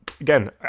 again